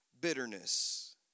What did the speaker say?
bitterness